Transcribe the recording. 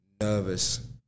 nervous